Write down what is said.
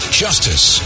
justice